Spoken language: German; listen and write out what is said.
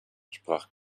sprach